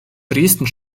dresden